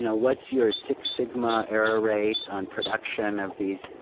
you know what's your six-sigma error rate on production of these?